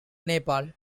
nepal